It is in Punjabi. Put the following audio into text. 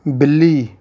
ਬਿੱਲੀ